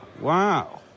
wow